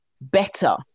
better